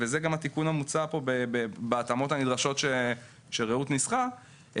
וזה גם התיקון המוצע פה בהתאמות הנדרשות שרעות ניסחה,